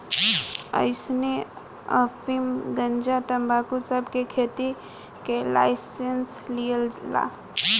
अइसने अफीम, गंजा, तंबाकू सब के खेती के लाइसेंस लियाला